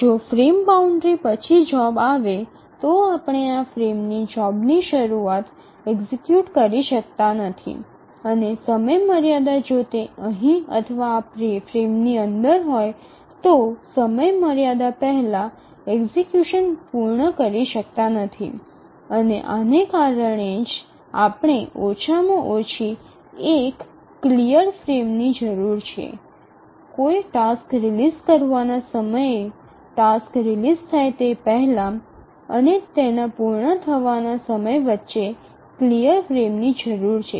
જો frame boundary પછી job આવે તો આપણે આ ફ્રેમમાં જોબની શરૂઆત એક્ઝિકયુટ કરી શકતા નથી અને સમયમર્યાદા જો તે અહીં અથવા આ ફ્રેમની અંદર હોય તો સમયમર્યાદા પહેલા એક્ઝિકયુશન પૂર્ણ કરી શકતા નથી અને આ જ કારણ છે કે આપણે ઓછામાં ઓછા એકની ક્લિયર ફ્રેમ ની જરૂર છે કોઈ ટાસ્ક રિલીઝ કરવાના સમયે ટાસ્ક રિલીઝ થાય તે પહેલા અને તેના પૂર્ણ થવાના સમય વચ્ચે ક્લિયર ફ્રેમ ની જરૂર છે